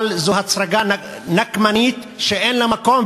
אבל זו הצגה נקמנית שאין לה מקום.